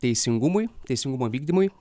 teisingumui teisingumo vykdymui